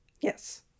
yes